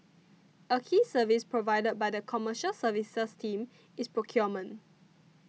a key service provided by the Commercial Services team is procurement